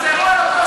זה פשוט שקר.